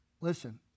listen